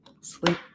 sleep